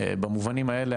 במובנים האלה,